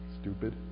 Stupid